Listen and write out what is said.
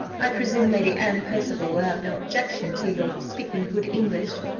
i presume lady anne percival will have no objection to your speaking good english?